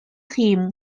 him